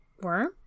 Worm